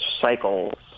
cycles